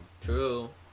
True